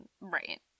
Right